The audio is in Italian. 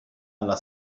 alla